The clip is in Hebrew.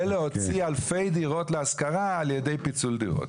ולהוציא אלפי דירות להשכרה על ידי פיצול דירות.